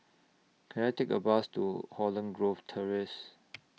Can I Take A Bus to Holland Grove Terrace